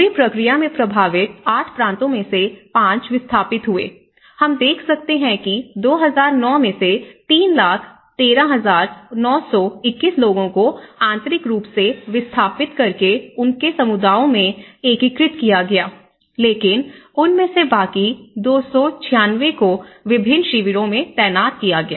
पूरी प्रक्रिया में प्रभावित 8 प्रांतों में से 5 विस्थापित हुए हम देख सकते हैं कि 2009 में 3 लाख 13921 लोगों को आंतरिक रूप से विस्थापित करके उनके समुदायों में एकीकृत किया गया लेकिन उनमें से बाकी 296 को विभिन्न शिविरों में तैनात किया गया